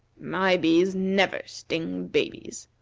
my bees never sting babies,